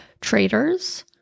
traders